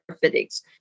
fittings